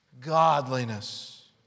godliness